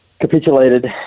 capitulated